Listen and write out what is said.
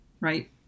Right